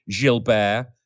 Gilbert